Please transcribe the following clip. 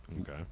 Okay